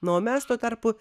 na o mes tuo tarpu